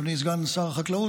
אדוני סגן שר החקלאות,